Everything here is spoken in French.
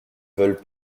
veulent